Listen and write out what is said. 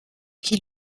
qui